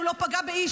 הוא לא פגע באיש.